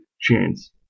chance